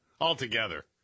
altogether